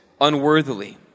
unworthily